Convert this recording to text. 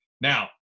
Now